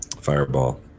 Fireball